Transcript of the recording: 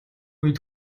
үед